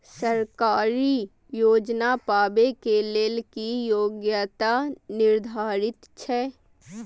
सरकारी योजना पाबे के लेल कि योग्यता निर्धारित छै?